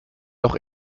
doch